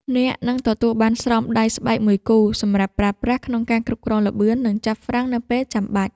អ្នកនឹងទទួលបានស្រោមដៃស្បែកមួយគូសម្រាប់ប្រើប្រាស់ក្នុងការគ្រប់គ្រងល្បឿន និងចាប់ហ្វ្រាំងនៅពេលចាំបាច់។